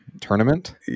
tournament